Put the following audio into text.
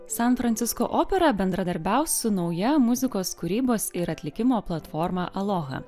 san francisko opera bendradarbiaus su nauja muzikos kūrybos ir atlikimo platforma aloha